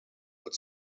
het